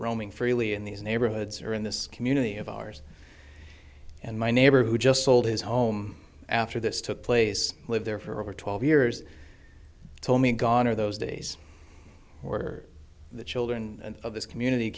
roaming freely in these neighborhoods or in this community of ours and my neighbor who just sold his home after this took place lived there for over twelve years told me gone are those days or the children of this community